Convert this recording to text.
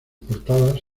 portadas